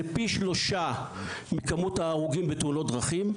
זה פי שלושה מכמות ההרוגים בתאונות דרכים.